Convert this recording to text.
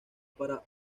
para